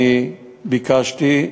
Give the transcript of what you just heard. אני ביקשתי,